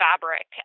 fabric